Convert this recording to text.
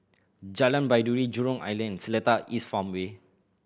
Jalan Baiduri Jurong Island and Seletar East Farmway